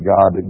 God